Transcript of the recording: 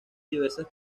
diversas